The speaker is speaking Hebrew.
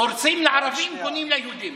הורסים לערבים, בונים ליהודים.